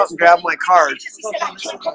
ah and grab my cards